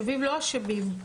שאינם אשמים,